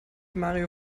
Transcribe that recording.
mario